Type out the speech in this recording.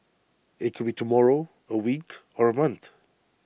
IT could be tomorrow A week or A month